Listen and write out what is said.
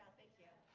thank you.